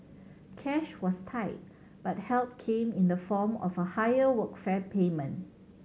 cash was tight but help came in the form of a higher workfare payment